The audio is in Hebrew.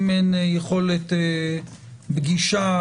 אם אין יכולת פגישה,